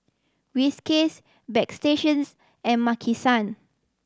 Whiskas Bagstationz and Maki San